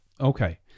Okay